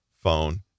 phone